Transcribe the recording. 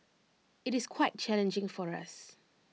IT is quite challenging for us